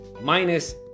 minus